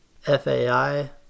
FAI